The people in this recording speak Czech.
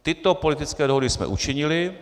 Tyto politické dohody jsme učinili.